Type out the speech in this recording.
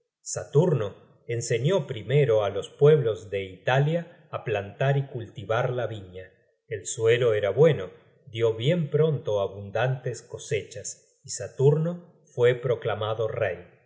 saturno enseñó primero á los pueblos de italia á plantar y cultivar la viña el suelo era bueno dió bien pronto abundantes cosechas y saturno fue proclamado rey se